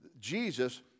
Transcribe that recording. Jesus